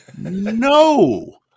No